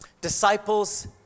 disciples